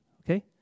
okay